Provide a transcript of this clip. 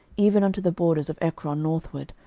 even unto the borders of ekron northward,